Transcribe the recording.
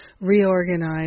reorganize